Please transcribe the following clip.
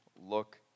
look